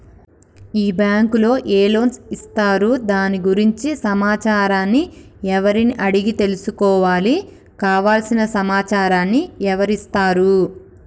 ఈ బ్యాంకులో ఏ లోన్స్ ఇస్తారు దాని గురించి సమాచారాన్ని ఎవరిని అడిగి తెలుసుకోవాలి? కావలసిన సమాచారాన్ని ఎవరిస్తారు?